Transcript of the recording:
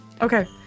Okay